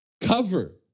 cover